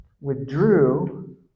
withdrew